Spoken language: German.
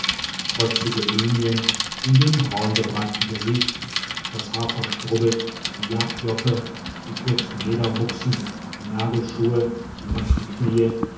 trotzige linien in dem braungebrannten gesicht das haar verstrubelt die jagdjoppe die kurzen lederbuxen die nagelschuhe die nackten knie